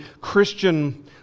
Christian